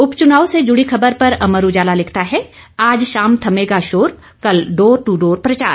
उपचुनाव से जुड़ी खबर पर अमर उजाला लिखता है आज शाम थमेगा शोर कल डोर टू डोर प्रचार